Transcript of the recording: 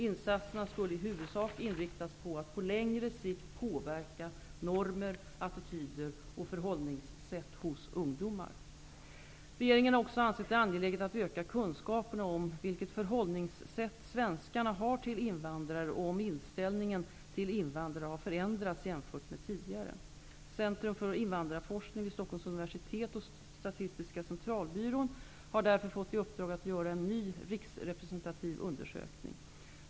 Insatserna skulle i huvudsak inriktas på att på längre sikt påverka normer, attityder och förhållningssätt hos ungdomar. Regeringen har också ansett det angeläget att öka kunskaperna om vilka förhållningssätt svenskarna har till invandrare och om inställningen till invandrare har förändrats jämfört med tidigare. har därför fått i uppdrag att göra en ny riksrepresentativ undersökning.